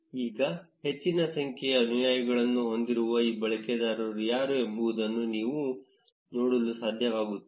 ಈಗ ಹೆಚ್ಚಿನ ಸಂಖ್ಯೆಯ ಅನುಯಾಯಿಗಳನ್ನು ಹೊಂದಿರುವ ಈ ಬಳಕೆದಾರರು ಯಾರು ಎಂಬುದನ್ನು ನೀವು ನೋಡಲು ಸಾಧ್ಯವಾಗುತ್ತದೆ